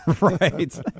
Right